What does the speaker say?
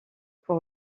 pour